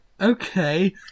Okay